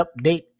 update